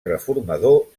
reformador